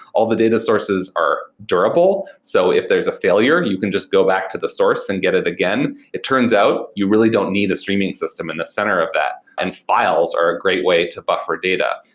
all of the data sources are durable. so if there is a failure, you can just go back to the source and get it again. it turns out, you really don't need a streaming system in the center of that, and files are a great way to buck for data.